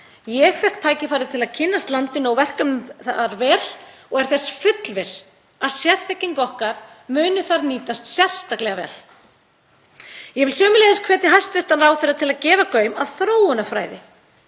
Ég fékk tækifæri til að kynnast landinu og verkefnum þar vel og er þess fullviss að sérþekking okkar muni þær nýtast sérstaklega vel. Ég vil sömuleiðis hvetja hæstv. ráðherra til að gefa gaum að sjóðnum